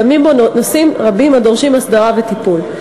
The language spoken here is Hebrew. וקיימים בו נושאים רבים הדורשים הסדרה וטיפול.